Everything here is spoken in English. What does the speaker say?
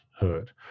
hurt